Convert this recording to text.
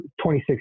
26